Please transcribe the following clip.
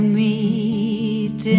meet